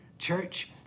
church